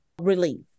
relief